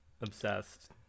obsessed